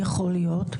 יכול להיות.